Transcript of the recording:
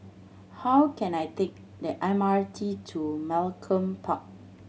how can I take the M R T to Malcolm Park